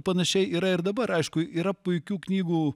panašiai yra ir dabar aišku yra puikių knygų